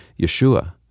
Yeshua